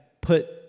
put